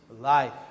life